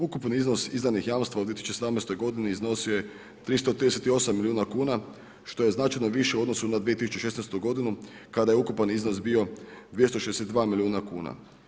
Ukupni iznos izdanih jamstva u 2017. godini iznosio je 338 milijuna kuna što je značajno više u odnosu na 2016. godinu kada je ukupan iznos bio 262 miliona kuna.